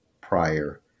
prior